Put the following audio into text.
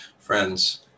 Friends